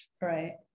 right